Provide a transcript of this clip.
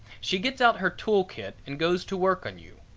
she gets out her tool kit and goes to work on you.